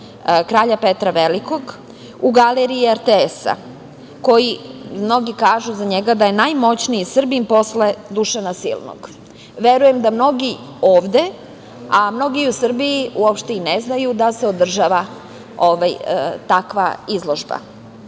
kralja Petra Velikog u Galeriji RTS-a. Mnogi kažu za njega da je najmoćniji Srbin posle Dušana Silnog. Verujem da mnogi ovde, a mnogi i u Srbiji uopšte i ne znaju da se održava takva izložba. Sada